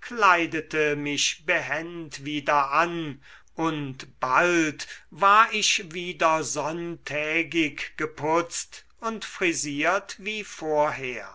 kleidete mich behend wieder an und bald war ich wieder sonntägig geputzt und frisiert wie vorher